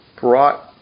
brought